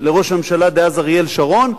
לראש הממשלה דאז אריאל שרון,